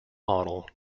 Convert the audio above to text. model